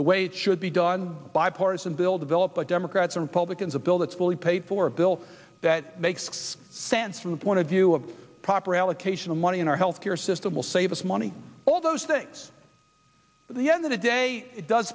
the way it should be done bipartisan bill developed by democrats or republicans a bill that's fully paid for a bill that makes sense from the point of view of proper allocation of money in our health care system will save us money all those things at the end of the day it does